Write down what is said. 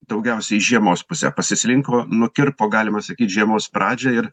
daugiausia į žiemos pusę pasislinko nukirpo galima sakyt žiemos pradžią ir